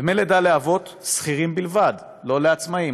דמי לידה לאבות, שכירים בלבד, לא לעצמאים.